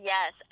Yes